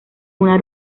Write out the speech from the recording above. una